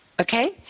okay